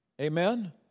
Amen